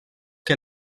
que